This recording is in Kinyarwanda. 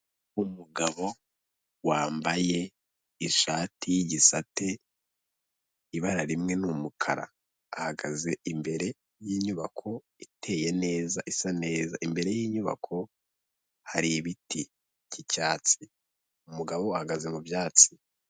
Umugabo wambaye ishati y'igisate, ibara rimwe ni umukara. Ahagaze imbere y'inyubako iteye neza isa neza, imbere y'inyubako hari ibiti by'icyatsi umugabo ahagaze mu byatsi.